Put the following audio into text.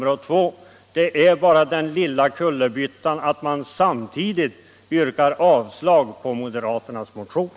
I den reservationen gör man bara den lilla kullerbyttan att man samtidigt yrkar på avslag på moderaternas motion.